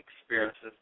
experiences